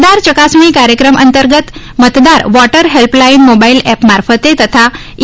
મતદાર ચકાસણી કાર્યક્રમ અંતર્ગત મતદાર વોટર હેલ્પલાઇન મોબાઇલ એપ મારફતે તથા ઇ